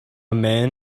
man